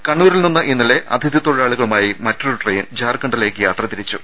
കണ്ണൂരിൽ നിന്ന് ഇന്നലെ അതിഥി തൊഴിലാളികളുമായി മറ്റൊരു ട്രെയിൻ ജാർഖണ്ഡിലേക്ക് യാത്ര തിരിച്ചു